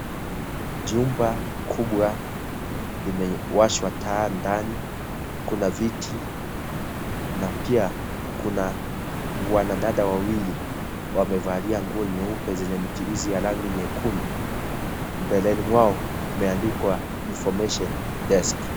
Jumba kubwa limewashwa taa ndani, kuna viti na pia kuna wanadada wawili wamevalia nguo nyeupe zenye michirizi ya rangi nyekundu mbeleni mwao kumeandikwa information desk